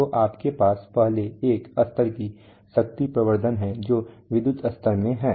तो आपके पास पहले एक स्तर का पावर एम्प्लीफिकेशन है जो विद्युत स्तर में है